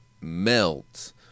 melt